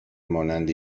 مانند